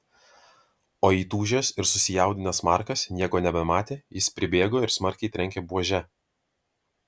o įtūžęs ir susijaudinęs markas nieko nebematė jis pribėgo ir smarkiai trenkė buože